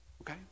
Okay